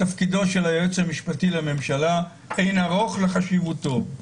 תפקידו של היועץ המשפטי לממשלה אין ערוך לחשיבותו.